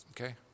Okay